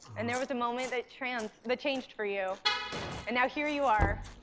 and there was a moment that trans the changed for you and now here you are.